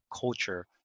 culture